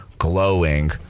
glowing